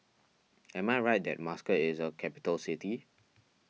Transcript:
am I right that Muscat is a capital city